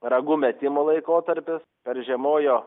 ragų metimo laikotarpis peržiemojo